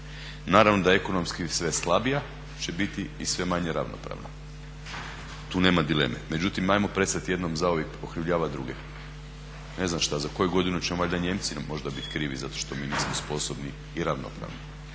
Naravno da je ekonomski sve slabija će biti i sve manje ravnopravna tu nema dileme. Međutim, hajmo prestati jednom zauvijek okrivljavati druge. Ne znam šta, za koju godinu će nam valjda Nijemci možda biti krivi zato što mi nismo sposobni i ravnopravni.